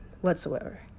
whatsoever